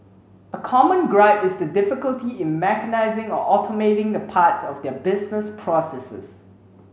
a common gripe is the difficulty in mechanising or automating the parts of their business processes